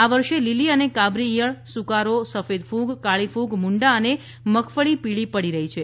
આ વર્ષે લીલી અને કાબરી ઈયળ સુકારો સફેદ કૂગ કાળી કૂગ મુંડા અને મગફળી પીળી પડી રહી છે